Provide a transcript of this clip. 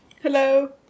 Hello